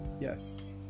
yes